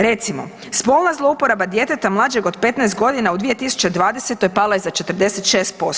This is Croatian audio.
Recimo, spolna zlouporaba djeteta mlađeg od 15 godina u 2020. pala je za 46%